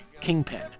Kingpin